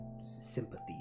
sympathy